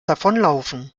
davonlaufen